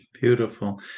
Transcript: Beautiful